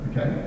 Okay